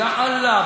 יא אללה,